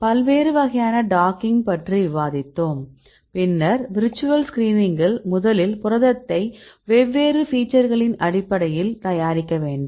பல்வேறு வகையான டாக்கிங் பற்றி விவாதித்தோம் பின்னர் விர்ச்சுவல் ஸ்கிரீனிங்கில் முதலில் புரதத்தை வெவ்வேறு ஃபீச்சர்களின் அடிப்படையில் தயாரிக்க வேண்டும்